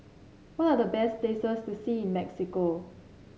what are the best places to see in Mexico